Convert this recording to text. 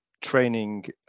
training